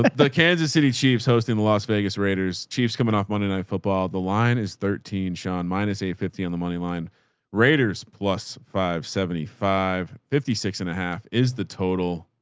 the the kansas chiefs hosting the las vegas raiders chiefs coming off monday night football. the line is thirteen, sean, minus eight fifty on the money line raiders plus five seventy five, fifty six and a half is the total.